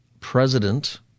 president